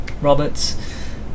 Roberts